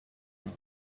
now